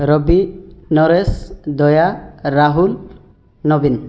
ରବି ନରେଶ ଦୟା ରାହୁଲ ନବୀନ